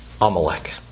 Amalek